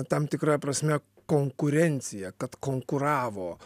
tam tikraja prasme konkurencija kad konkuravo